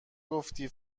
گفتی